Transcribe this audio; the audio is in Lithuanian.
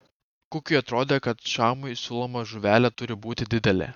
kukiui atrodė kad šamui siūloma žuvelė turi būti didelė